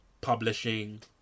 publishing